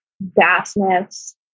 vastness